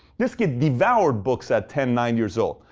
this kid devoured books at ten, nine years old.